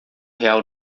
real